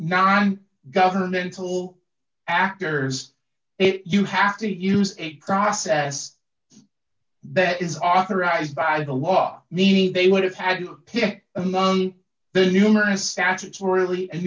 non governmental actors it you have to use a process that is authorized by the law need they would have had to pick among the numerous statutorily and